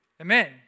Amen